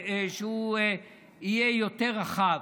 שהוא יהיה יותר רחב.